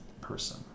person